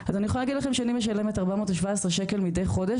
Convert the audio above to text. אז אני יכולה להגיד לכם שאני משלמת 417 שקלים בכל חודש